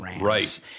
Right